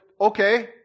okay